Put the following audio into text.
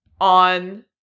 on